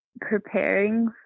preparing